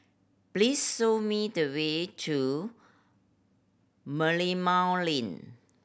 please show me the way to Merlimau Lane